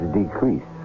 decrease